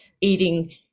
eating